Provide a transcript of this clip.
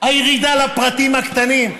הירידה לפרטים הקטנים,